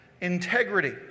Integrity